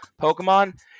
Pokemon